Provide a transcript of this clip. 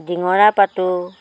ডিঙৰা পাতোঁ